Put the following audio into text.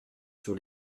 sur